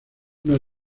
una